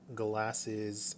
glasses